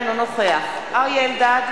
אינו נוכח אריה אלדד,